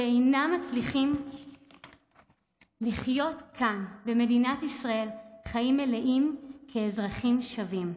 שאינם מצליחים לחיות כאן במדינת ישראל חיים מלאים כאזרחים שווים.